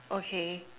okay